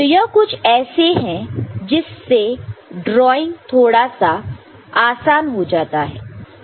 तो यह कुछ ऐसा है जिससे ड्राइंग थोड़ा सा आसान हो जाता है